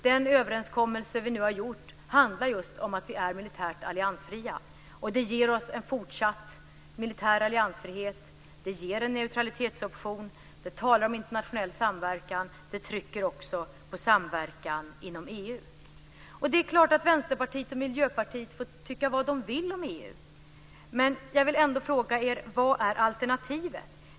Den överenskommelse som vi nu har gjort handlar just om att vi är militärt alliansfria. Den ger oss en fortsatt militär alliansfrihet. Den ger en neutralitetsoption. Den talar om internationell samverkan. Den trycker också på samverkan inom EU. Det är klart att Vänsterpartiet och Miljöpartiet får tycka vad de vill om EU. Men jag vill ändå fråga er: Vad är alternativet?